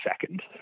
second